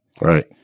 Right